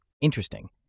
Interesting